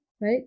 right